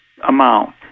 amount